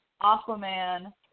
Aquaman